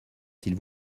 s’il